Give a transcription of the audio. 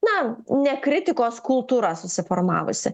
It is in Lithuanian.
na ne kritikos kultūra susiformavusi